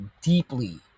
deeply